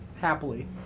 happily